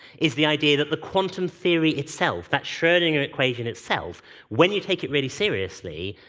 is the idea that the quantum theory itself that schrodinger equation itself when you take it very seriously,